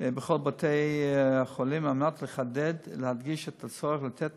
בכל בתי-החולים על מנת לחדד ולהדגיש את הצורך לתת